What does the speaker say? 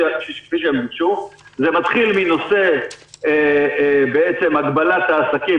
כפי שהם הוגשו זה מתחיל מנושא הגבלת העסקים,